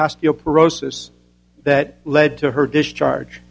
osteoporosis that led to her discharge